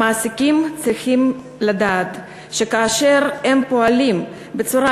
והמעסיקים צריכים לדעת שכאשר הם פועלים בצורה